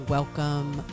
Welcome